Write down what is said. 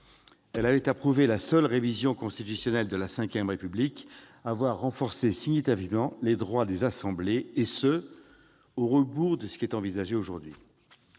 », a approuvé la seule révision constitutionnelle de la V République à avoir renforcé significativement les droits des assemblées, à rebours de ce qui est envisagé aujourd'hui.